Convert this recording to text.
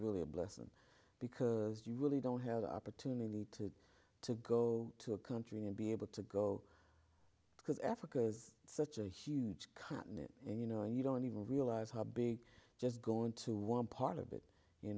really a blessing because you really don't have the opportunity to to go to a country and be able to go because africa is such a huge continent and you know and you don't even realize how big just going to one part of it you